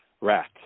rat